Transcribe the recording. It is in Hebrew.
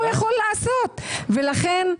לכן,